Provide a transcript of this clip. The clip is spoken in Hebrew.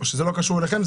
שזה לא קשור אליכם,